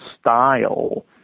style